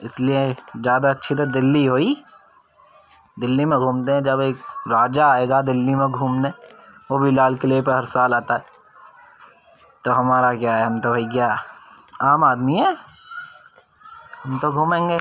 اس لیے زیادہ اچّھی تو دلّی ہوئی دلّی میں گھومتے ہیں جب ایک راجہ آئے گا دلّی میں گھومنے وہ بھی لال قلعے پر ہر سال آتا ہے تو ہمارا کیا ہے ہم تو بھیّا عام آدمی ہیں ہم تو گھومیں گے